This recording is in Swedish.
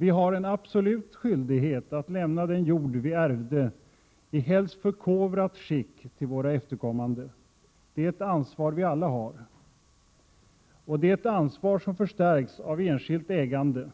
Vi har en absolut skyldighet att lämna den jord vi ärvde i helst förkovrat skick till våra efterkommande. Det är ett ansvar som vi alla har, och det är ett ansvar, som förstärks av enskilt ägande.